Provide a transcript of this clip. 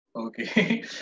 Okay